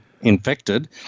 infected